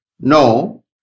No